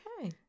Okay